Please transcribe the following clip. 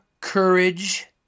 courage